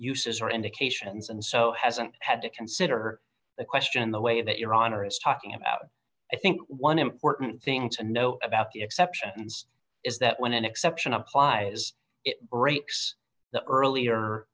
uses or indications and so hasn't had to consider the question the way that your honor is talking about i think one important thing to know about the exceptions is that when an exception applies breaks the earlier